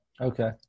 Okay